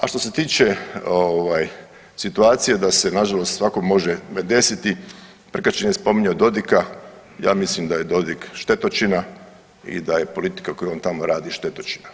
A što se tiče situacije da se nažalost svakom može desiti, Prkačin je spominjao Dodika, ja mislim da je Dodik štetočina i da je politika koju on tamo radi štetočina.